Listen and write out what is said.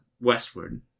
Westward